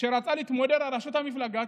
כשהוא רצה להתמודד על ראשות המפלגה,